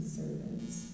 servants